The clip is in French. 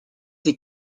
les